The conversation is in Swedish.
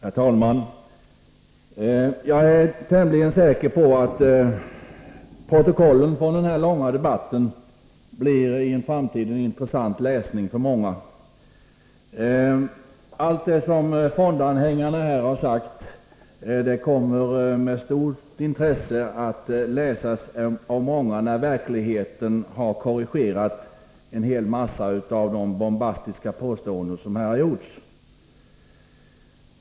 Herr talman! Jag är tämligen säker på att protokollen från den här långa debatten i en framtid blir intressant läsning för många. Allt det som fondanhängarna har sagt kommer att läsas med stort intresse av många när verkligheten har korrigerat en mängd av de bombastiska påståenden som här har gjorts.